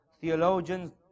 theologians